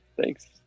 thanks